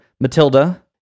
matilda